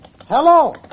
Hello